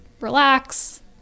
relax